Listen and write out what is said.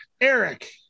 Eric